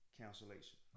cancellation